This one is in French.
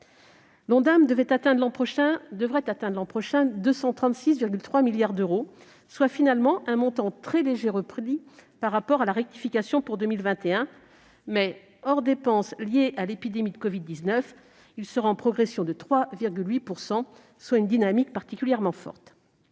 L'Ondam devrait atteindre l'an prochain 236,3 milliards d'euros, soit, en définitive, un montant en très léger repli par rapport à la rectification pour 2021. Mais, hors dépenses liées à l'épidémie de covid-19, il sera en progression de 3,8 %. C'est une dynamique particulièrement forte.